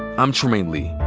i'm trymaine lee.